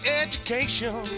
education